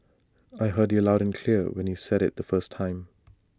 I heard you loud and clear when you said IT the first time